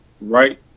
right